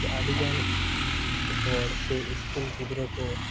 ᱟᱹᱰᱤᱜᱟᱱ ᱦᱚᱲ ᱥᱮ ᱥᱠᱩᱞ ᱜᱤᱫᱽᱨᱟᱹ ᱠᱚ